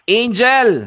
angel